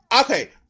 okay